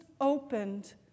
opened